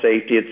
safety